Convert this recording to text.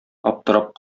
аптырап